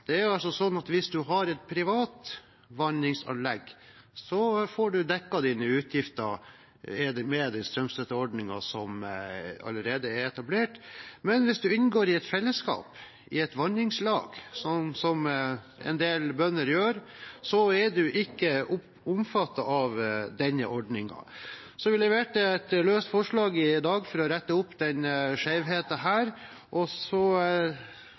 Hvis man har et privat vanningsanlegg, får man dekket sine utgifter gjennom den strømstøtteordningen som allerede er etablert, men hvis man inngår i et fellesskap – et vanningslag – som en del bønder gjør, er man ikke omfattet av denne ordningen. Så vi fremmet et løst forslag i dag for å rette opp